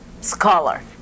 scholar